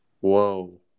Whoa